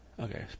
okay